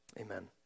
Amen